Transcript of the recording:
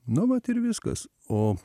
nu vat ir viskas o